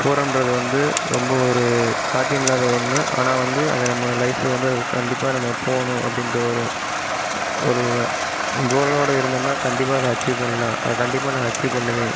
போகிறோம்ன்றது வந்து ரொம்ப ஒரு சாத்தியமில்லாத ஒன்று ஆனால் வந்து அதை நம்ம லைஃப்பில் வந்து அது கண்டிப்பாக நம்ம போகணும் அப்படின்ற ஒரு ஒரு கோலோடு இருந்தோம்னால் கண்டிப்பாக அதை அச்சீவ் பண்ணலாம் அதை கண்டிப்பாக நான் அச்சீவ் பண்ணுவேன்